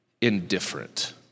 indifferent